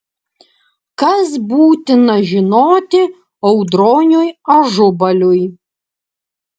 kas būtina žinoti audroniui ažubaliui